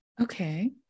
Okay